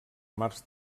mars